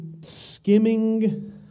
skimming